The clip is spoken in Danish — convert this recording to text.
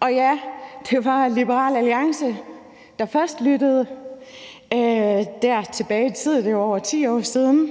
Og ja, det var Liberal Alliance, der først lyttede der tilbage i den tid, det er over 10 år siden,